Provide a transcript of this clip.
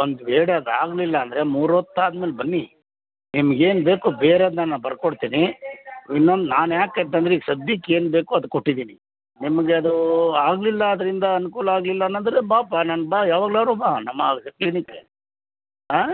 ಒಂದು ವೇಳೆ ಅದು ಆಗಲಿಲ್ಲ ಅಂದರೆ ಮೂರು ಹೊತ್ತಾದ ಮೇಲೆ ಬನ್ನಿ ನಿಮ್ಗೆ ಏನು ಬೇಕು ಬೇರೆದನ್ನ ನಾನು ಬರ್ಕೊಡ್ತೀನಿ ಇನ್ನೊಂದು ನಾನು ಯಾಕೆ ಅಂತಂದ್ರೆ ಈಗ ಸದ್ಯಕ್ಕೆ ಏನು ಬೇಕೋ ಅದು ಕೊಟ್ಟಿದ್ದೀನಿ ನಿಮ್ಗೆ ಅದು ಆಗಲಿಲ್ಲ ಅದರಿಂದ ಅನುಕೂಲ ಆಗಲಿಲ್ಲ ಅಂದ್ರೆ ಬಾಪ್ಪ ನಾನು ಬಾ ಯಾವಾಗ್ಲಾದ್ರು ಬಾ ನಮ್ಮ ಕ್ಲಿನಿಕ್ಗೆ ಹಾಂ